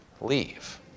leave